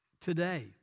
Today